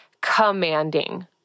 commanding